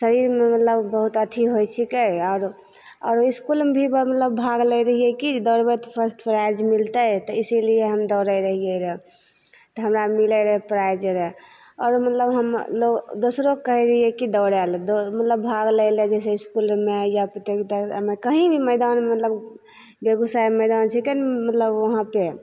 शरीरमे मतलब बहुत अथी होइ छिकै आओर आओर इसकुलमे भी मतलब भाग लै रहिए कि जे दौड़बै तऽ फर्स्ट प्राइज मिलतै तऽ इसीलिए हम दौड़ै रहिए रहै तऽ हमरा मिलै रहै प्राइज आओर आओर मतलब हम लोक मतलब दोसरोके कहै रहिए कि दौड़ैले दौ मतलब भाग लैले जइसे इसकुलमे या प्रतियोगिता सबमे कहीँ भी मैदान मतलब बेगूसराय मैदान छै कनि मतलब वहाँपर